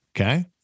Okay